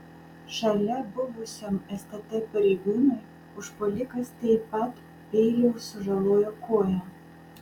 šalia buvusiam stt pareigūnui užpuolikas taip pat peiliu sužalojo koją